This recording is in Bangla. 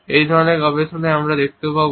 এই ধরনের গবেষণায় আমরা দেখতে পাব